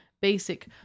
basic